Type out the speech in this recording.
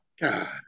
god